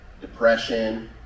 depression